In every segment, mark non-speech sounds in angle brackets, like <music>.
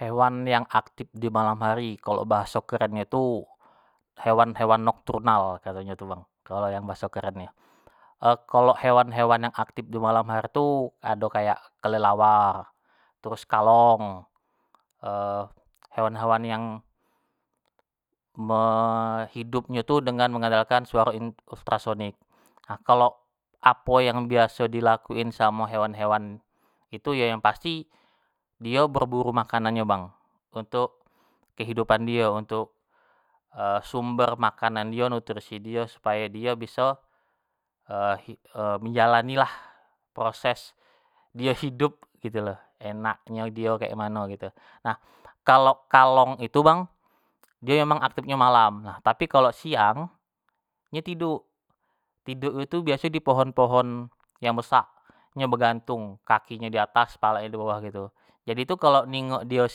Hewan aktif dimalam hari, kalau bahaso keren nyo tu hewan-hewan noktrunal kato nyo tu bang, kalau bahaso kerennyo, kalau hewan-hewan yang aktif dimalam hari tu ado kayak kelelawar, terus kalong <hesitation> hewan-hewan yang me hidupnyo tu dengan mengandalkan suaro ultrasonic, nah kalo apo yang biaso dilakuin samo hewan-hewan itu tu yo yang pasti di berburu makanannyo bang, untuk kehidupan dio untuk sumber makanan dio, nutrisi dio, supayo dio biso <hesitation> <hesitation> menjalani lah proses dio hidup gitu lo, enaknyo dio kek mano gitu. nah kalo kalong itu bang dio emang aktifnyo malam, nah tapi kalo siang dio tiduk, tiduk nyo tu biaso di pohon-pohon yang besak, nyo begantung, kaki nyo diatas palak nyo dibawah gitu, jadi tu kalau ningok nyo tu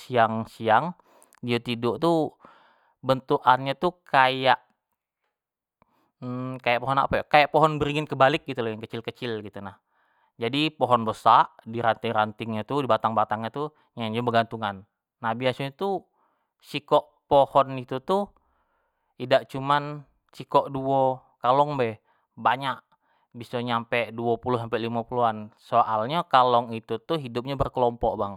siang-siang dio tiduk tu bentuk an nyo tu kayak <hesitation> kayak pohon apo yo, kayak pohon beringin kebalik gitu lo yang kecil-kecil gitu nah, jadi pohon besak diranting-rantingnyo tu, di batang-batang nyo tu, nyo begantungan, nah biasonyo tu sikok pohon itu tu dak cuman sikok duo kalong bae, banyak biso nyampe duo puluh sampe limo puluhan soalnyo kalong itu tu hidupnyo berekelompok bang.